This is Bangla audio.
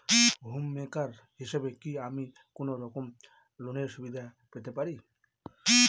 হোম মেকার হিসেবে কি আমি কোনো রকম লোনের সুবিধা পেতে পারি?